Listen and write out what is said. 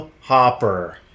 Hopper